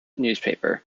newspaper